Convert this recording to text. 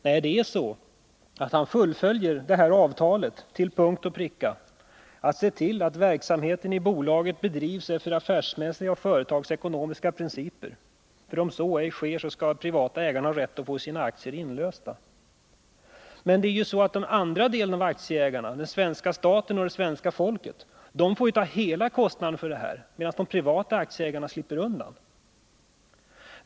Nej, det är så att industriministern fullföljer det här avtalet till punkt och pricka, dvs. han ser till att verksamheten i bolaget bedrivs efter affärsmässiga och företagsekonomiska principer. Om så ej sker skall de privata ägarna ha rätt att få sina aktier inlösta. Det blir i stället så att den andra delen av 179 aktieägarna — den svenska staten och det svenska folket — får ta hela ansvaret för att de privata aktieägarna slipper undan.